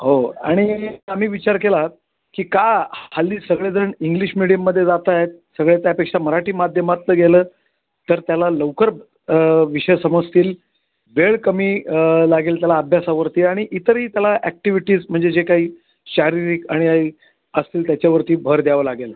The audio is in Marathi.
हो आणि आम्ही विचार केला की का हल्ली सगळेजण इंग्लिश मिडियमध्ये जात आहेत सगळे त्यापेक्षा मराठी माध्यमातून गेलं तर त्याला लवकर विषय समजतील वेळ कमी लागेल त्याला अभ्यासावरती आणि इतरही त्याला ॲक्टिव्हिटीज म्हणजे जे काही शारीरिक आणि ऐ असतील त्याच्यावरती भर द्यावं लागेल